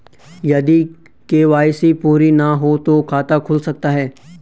यदि के.वाई.सी पूरी ना हो तो खाता खुल सकता है?